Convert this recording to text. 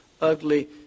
ugly